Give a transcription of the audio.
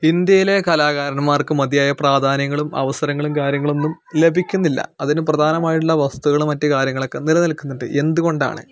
ഇന്ത്യയിലെ കലാകാരന്മാർക്ക് മതിയായ പ്രാധാന്യങ്ങളും അവസരങ്ങളും കാര്യങ്ങളും ഒന്നും ലഭിക്കുന്നില്ല അതിനു പ്രധാനമായിട്ടുള്ള വസ്തുതകൾ മറ്റ് കാര്യങ്ങളും ഒക്കെ നിലനിൽക്കുന്നുണ്ട് എന്തുകൊണ്ടാണ്